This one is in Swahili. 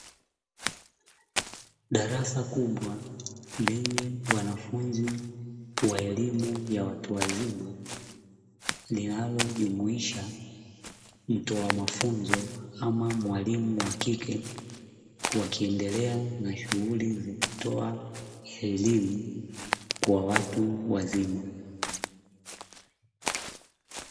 Darasa kubwa lenye wanafunzi wa elimu ya watu wa wazima linalojumuisha mtoa mafunzo ama mwalimu wa kike, wakiendelea na shughuli ya kutoa elimu kwa watu wazima.